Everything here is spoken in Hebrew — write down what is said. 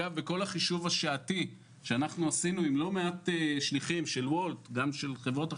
בכל החישוב השעתי שעשינו עם לא מעט שליחים של וולט וגם של חברות אחרות,